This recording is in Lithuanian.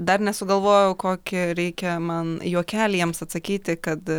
dar nesugalvojau kokį reikia man juokelį jiems atsakyti kad